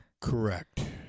Correct